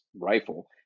rifle